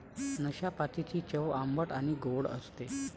नाशपातीची चव आंबट आणि गोड असते